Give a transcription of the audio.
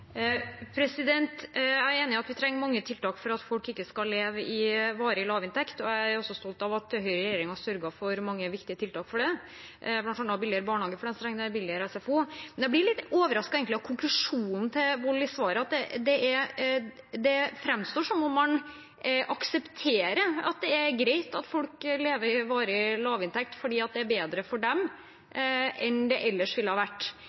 Jeg er enig i at vi trenger mange tiltak for at folk ikke skal leve med varig lavinntekt, og jeg er stolt av at Høyre i regjering har sørget for mange viktige tiltak når det gjelder det, bl.a. billigere barnehageplass og billigere SFO. Men jeg blir egentlig litt overrasket over konklusjonen i svaret til Wold. Det framstår som om man aksepterer at det er greit at folk lever med varig lavinntekt, fordi det er bedre for dem enn det ellers ville ha vært.